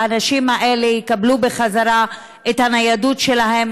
והנשים האלה יקבלו בחזרה את הניידות שלהן,